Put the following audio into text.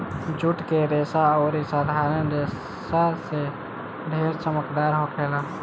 जुट के रेसा अउरी साधारण रेसा से ढेर चमकदार होखेला